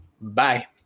Bye